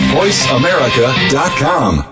voiceamerica.com